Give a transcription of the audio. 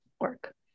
work